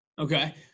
Okay